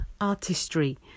artistry